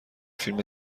فیلم